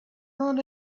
run